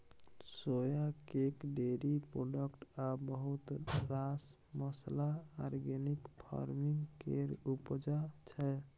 सोया cake, dairy product आ बहुत रास मसल्ला आर्गेनिक फार्मिंग केर उपजा छै